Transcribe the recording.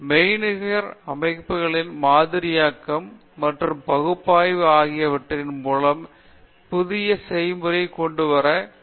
மெய்நிகர் அமைப்புகளின் மாதிரியாக்கம் மற்றும் பகுப்பாய்வு ஆகியவற்றின் மூலம் புதிய செய்முறையை கொண்டு வர முயற்சி செய்கிறோம்